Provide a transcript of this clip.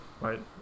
right